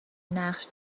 نقش